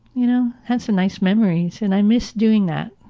you know? that's a nice memory and i miss doing that.